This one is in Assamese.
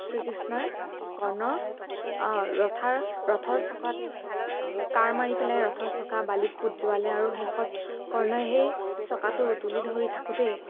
শ্ৰীকৃষ্ণই কৰ্ণৰ ৰথাৰ ৰথৰ চকাত কাঁড় মাৰি পেলাই ৰথৰ চকা বালিত পোত যোৱালে আৰু শেষত কৰ্ণই সেই চকাটো তুলি ধৰি থাকোঁতেই